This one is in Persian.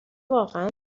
واقعا